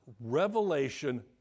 revelation